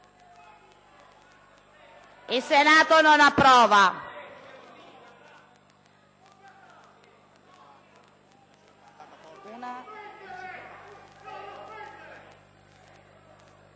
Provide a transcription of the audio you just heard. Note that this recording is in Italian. **Il Senato non approva.**